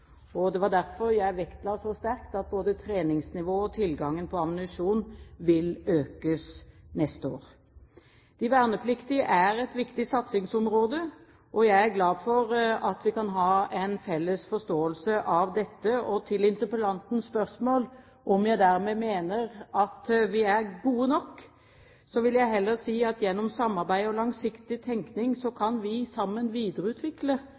Det var derfor jeg vektla så sterkt at både treningsnivået og tilgangen på ammunisjon vil økes neste år. De vernepliktige er et viktig satsingsområde, og jeg er glad for at vi kan ha en felles forståelse av dette. Til interpellantens spørsmål om jeg dermed mener at vi er gode nok, vil jeg heller si at gjennom samarbeid og langsiktig tenkning kan vi sammen videreutvikle